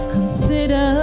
Consider